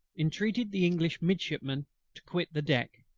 entreated the english midshipmen to quit the deck,